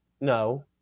No